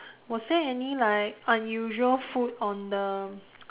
was there any like unusual food on the